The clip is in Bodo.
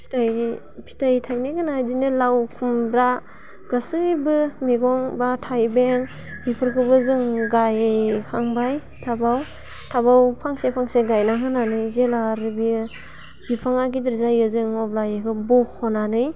फिथाइ फिथाइ थायनो गोनाङा बिदिनो लाव खुमब्रा गोसैबो मैगं बा थाइबें बिफोरखौबो जों गायखांबाय टाबाव टाबाव फांसे फांसे गायना होनानै जेब्ला आरो बियो बिफाङा गिदिर जायो जों अब्ला एखौ बख'नानै